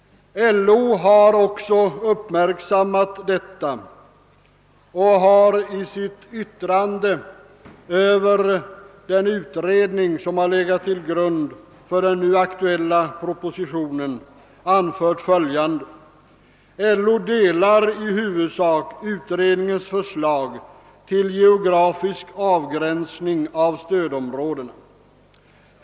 LO har också uppmärksammat detta och har i sitt yttrande över den utredning som legat till grund för den nu aktuella propositionen anfört följande: »LO delar i huvudsak utredningens förslag till geografisk avgränsning av stödområdena.